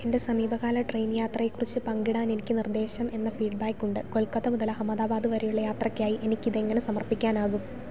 എൻ്റെ സമീപകാല ട്രെയിൻ യാത്രയെക്കുറിച്ച് പങ്കിടാനെനിക്ക് നിർദ്ദേശം എന്ന ഫീഡ്ബാക്കുണ്ട് കൊൽക്കത്ത മുതൽ അഹമ്മദാബാദ് വരെയുള്ള യാത്രയ്ക്കായി എനിക്കിതെങ്ങനെ സമർപ്പിക്കാനാകും